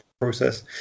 process